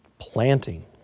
Planting